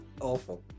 awful